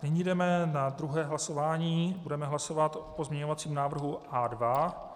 Nyní jdeme na druhé hlasování, budeme hlasovat o pozměňovacím návrhu A2.